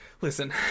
listen